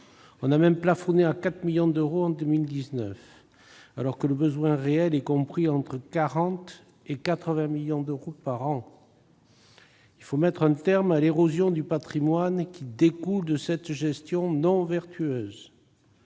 On a même plafonné à 4 millions d'euros en 2019, alors que le besoin réel est compris entre 40 millions d'euros et 80 millions d'euros par an. Il faut mettre un terme à l'érosion du patrimoine qui découle de cette gestion non vertueuse.